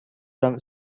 from